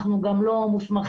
אנחנו גם לא מוסמכים